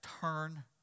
turn